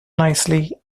nicely